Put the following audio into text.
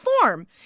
form